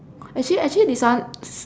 actually actually this one